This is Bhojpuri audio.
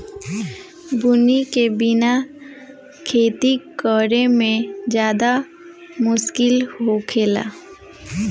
बुनी के बिना खेती करेमे ज्यादे मुस्किल होखेला